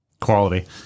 quality